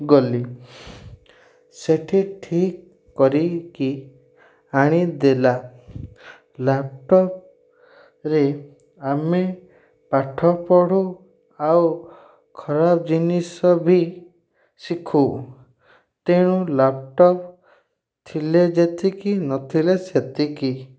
ଗଲି ସେଠି ଠିକ୍ କରିକି ଆଣିଦେଲା ଲ୍ୟାପ୍ଟପ୍ରେ ଆମେ ପାଠ ପଢ଼ୁ ଆଉ ଖରାପ୍ ଜିନିଷ ବି ଶିଖୁ ତେଣୁ ଲ୍ୟାପଟପ୍ ଥିଲେ ଯେତିକି ନଥିଲେ ସେତିକି